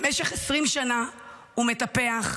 במשך 20 שנה הוא מטפח,